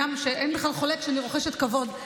אין בכלל חולק שאני רוחשת כבוד,